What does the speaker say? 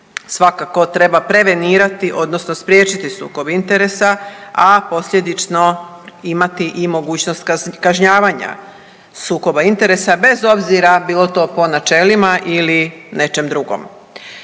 svakako treba prevenirati, odnosno spriječiti sukob interesa, a posljedično imati i mogućnost kažnjavanja sukoba interesa bez obzira bilo to po načelima ili nečem drugom.